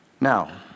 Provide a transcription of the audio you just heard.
Now